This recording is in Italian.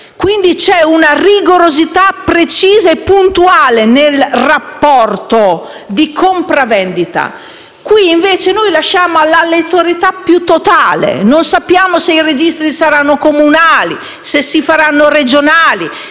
Quindi c'è una rigorosità precisa e puntuale nel rapporto di compravendita. Qui, invece, noi lasciamo tutto all'aleatorietà più totale: non sappiamo se i registri saranno comunali, regionali,